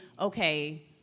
okay